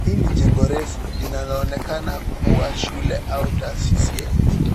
Hili ni jengo refu linaloonekana kubwa shule au taasisi ya elimu.